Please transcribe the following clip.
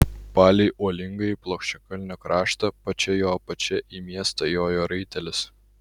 palei uolingąjį plokščiakalnio kraštą pačia jo apačia į miestą jojo raitelis